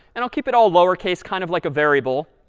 and i'll keep it all lowercase, kind of like a variable.